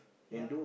ya